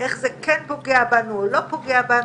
איך זה כן פוגע בנו או לא פוגע בנו,